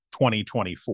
2024